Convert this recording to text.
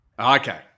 Okay